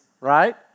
right